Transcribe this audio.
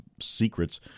secrets